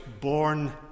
born